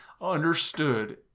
understood